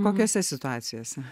kokiose situacijose